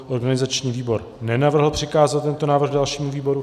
Organizační výbor nenavrhl přikázat tento návrh dalšímu výboru.